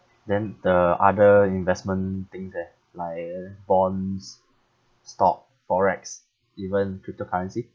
then the other investment things eh like uh bonds stock forex even cryptocurrency